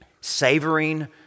savoring